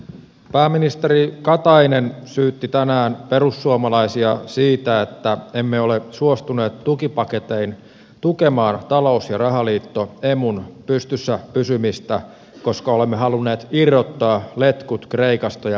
pääministeri katainen syytti tänään perussuomalaisia siitä että emme ole suostuneet tukipaketein tukemaan talous ja rahaliitto emun pystyssä pysymistä koska olemme halunneet irrottaa letkut kreikasta ja portugalista